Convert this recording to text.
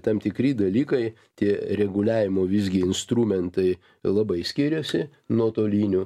tam tikri dalykai tie reguliavimo visgi instrumentai labai skiriasi nuotoliniu